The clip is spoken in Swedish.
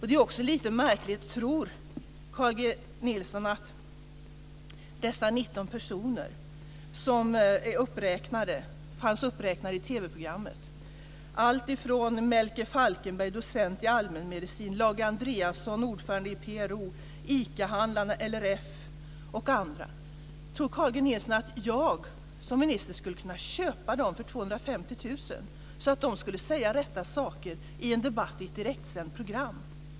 Det blir också lite märkligt om man tänker på de ICA-handlarna, LRF och andra. Tror Carl G Nilsson att jag som minister skulle kunna köpa dem för 250 000 kr så att de skulle säga rätt saker i en debatt i ett direktsänt program?